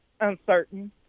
uncertain